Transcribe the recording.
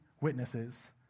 witnesses